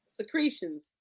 secretions